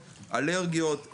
אלרגיות,